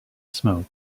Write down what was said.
smoke